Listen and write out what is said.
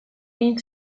egin